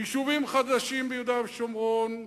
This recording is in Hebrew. יישובים חדשים ביהודה ושומרון,